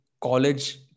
college